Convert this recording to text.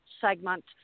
segment